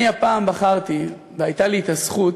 אני הפעם בחרתי, והייתה לי הזכות